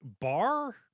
bar